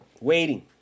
waiting